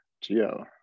Geo